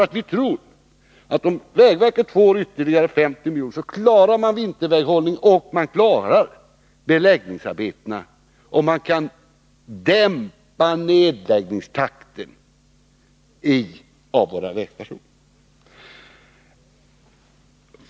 Vi tror nämligen att om vägverket får ytterligare 50 milj.kr., så klarar man vinterväghållningen och beläggningsarbetena, och man kan dämpa nedläggningstakten när det gäller våra vägstationer.